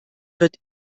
wird